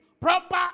proper